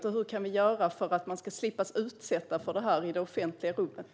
Vad kan vi göra för att man ska slippa utsättas för detta i det offentliga rummet?